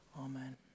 Amen